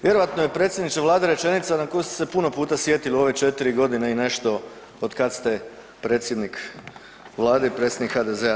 Vjerojatno je predsjedniče Vlade rečenica na koju ste se puno puta sjetili u ove 4 godine i nešto od kad ste predsjednik Vlade i predsjednik HDZ-a.